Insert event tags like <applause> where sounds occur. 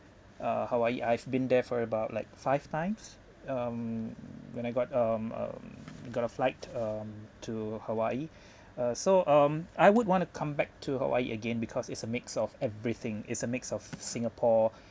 uh hawaii I've been there for about like five times um when I got um um got a flight um to hawaii <breath> uh so um I would want to come back to hawaii again because it's a mix of everything it's a mix of singapore